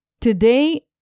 Today